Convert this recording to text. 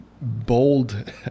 bold